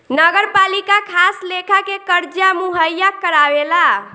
नगरपालिका खास लेखा के कर्जा मुहैया करावेला